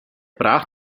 brach